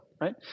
right